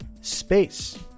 space